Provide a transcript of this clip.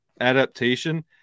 adaptation